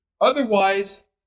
Otherwise